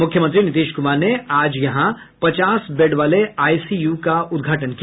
मुख्यमंत्री नीतीश कुमार ने आज यहां पचास बेड वाले आईसीयू का उद्घाटन किया